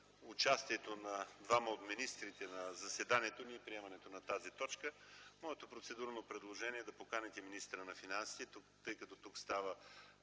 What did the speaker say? участието на двама от министрите на заседанието за приемането на тази точка. Моето процедурно предложение е да поканите тук министъра на финансите, тъй като